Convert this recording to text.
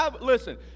Listen